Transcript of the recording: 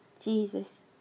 Jesus